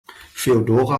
feodora